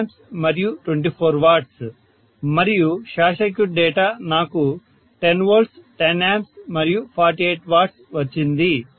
8 A మరియు 24W మరియు short circuit data నాకు 10 V 10 A మరియు 48 W వచ్చింది